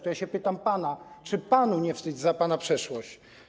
To ja pytam pana, czy panu nie wstyd za pana przeszłość.